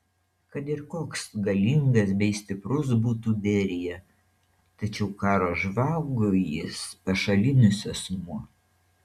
kad ir koks galingas bei stiprus būtų berija tačiau karo žvalgui jis pašalinis asmuo